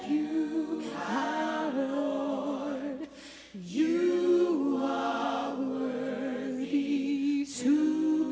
you you to